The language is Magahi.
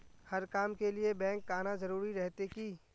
हर काम के लिए बैंक आना जरूरी रहते की?